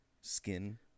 skin